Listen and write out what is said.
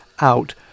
out